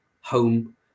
home